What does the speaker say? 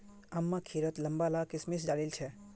अम्मा खिरत लंबा ला किशमिश डालिल छेक